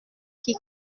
qui